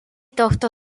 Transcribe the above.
tohto